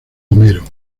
homero